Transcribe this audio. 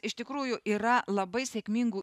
iš tikrųjų yra labai sėkmingų